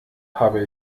habe